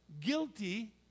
Guilty